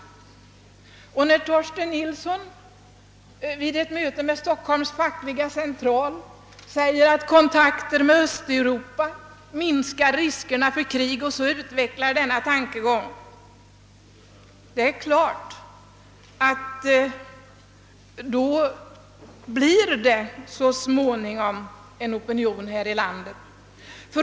När utrikesminister Torsten Nilsson vid ett möte med Stockholms fackliga centralorganisation framhöll att ett närmande mellan öst och väst minskar riskerna för krig och utvecklade denna tankegång ytterligare, inverkar det också på opinionen i vårt land.